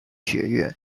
学院